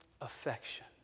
affection